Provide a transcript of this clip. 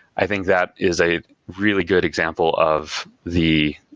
i think that is a really good example of the,